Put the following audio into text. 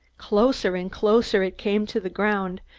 closer and closer it came to the ground,